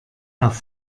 auf